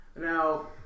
Now